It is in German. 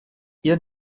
ihr